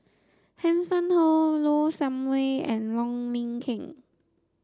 Hanson Ho Low Sanmay and Wong Lin Ken